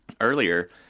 earlier